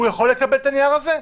הוא יכול לקבל את הנייר הזה?